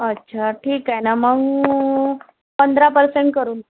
अच्छा ठीक आहे ना मग पंधरा पर्सेंट करून देऊ